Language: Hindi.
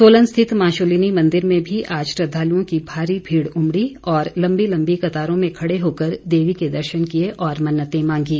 सोलन स्थित मां शूलीनी मंदिर में भी आज श्रद्वालुओं की भारी भीड़ उमड़ी और लम्बी लम्बी कतारों में खड़े होकर देवी के दर्शन किए और मन्नते मांगी